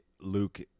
Luke